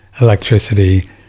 Electricity